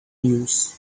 news